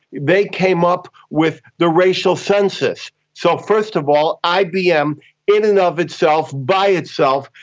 they came up with the racial census. so first of all ibm in and of itself, by itself,